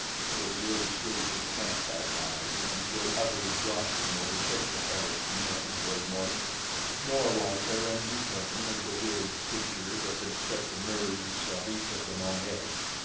but there was little sleep in camp that night until utter exhaustion overtook the harassed men toward morning nor was there any return of the weird creature that had set the nerves of each of them on edge.